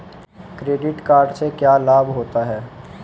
Credit card से क्या क्या लाभ होता है?